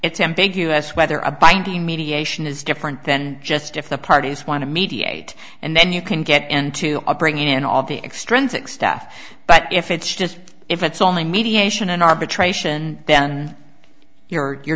it's ambiguous whether a binding mediation is different then just if the parties want to mediate and then you can get into bringing in all the extrinsic staff but if it's just if it's only mediation and arbitration then you're